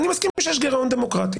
אני מסכים שיש גירעון דמוקרטי.